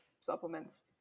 supplements